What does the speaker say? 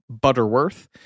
Butterworth